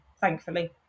thankfully